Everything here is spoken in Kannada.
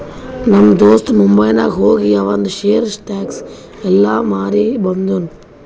ನಮ್ ದೋಸ್ತ ಮುಂಬೈನಾಗ್ ಹೋಗಿ ಆವಂದ್ ಶೇರ್, ಸ್ಟಾಕ್ಸ್ ಎಲ್ಲಾ ಮಾರಿ ಬಂದುನ್